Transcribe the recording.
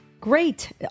Great